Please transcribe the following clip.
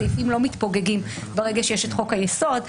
הסעיפים לא מתפוגגים ברגע שיש את חוק היסוד,